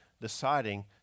deciding